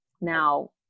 Now